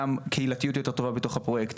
גם קהילתיות יותר טובה בתוך הפרויקט,